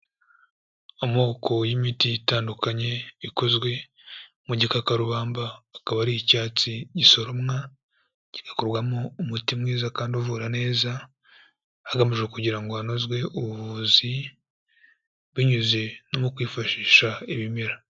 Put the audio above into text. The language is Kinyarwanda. Amoko y'imiti itandukanye, ikozwe mu gikakarubamba, akaba ari icyatsi gisoromwa, kigakorwamo umuti mwiza kandi uvura neza, hagamijwe kugira ngo hakorwemo ubuvuzi, binyuze mu kwifashisha ibimera.